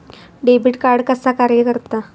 Debit card कसा कार्य करता?